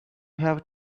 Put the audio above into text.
have